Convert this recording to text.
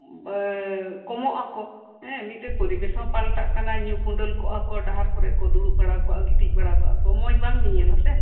ᱠᱚᱢᱚᱜ ᱟᱠᱚ ᱮᱸ ᱢᱤᱫᱴᱮᱡ ᱯᱚᱨᱤᱵᱮᱥ ᱦᱚᱸ ᱯᱟᱞᱴᱟᱜ ᱠᱟᱱᱟ ᱧᱩ ᱠᱚᱸᱰᱮᱞ ᱠᱚᱜᱼᱟ ᱠᱚ ᱰᱟᱦᱟᱨ ᱠᱚᱨᱮ ᱠᱚ ᱫᱩᱲᱩᱵ ᱵᱟᱲᱟ ᱠᱚᱜᱼᱟ ᱠᱚ ᱜᱤᱛᱤᱡ ᱵᱟᱲᱟ ᱠᱚᱜᱼᱟ ᱠᱚ ᱢᱚᱸᱡ ᱵᱟᱝ ᱧᱮᱧᱮᱞᱟ ᱥᱮ